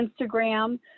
Instagram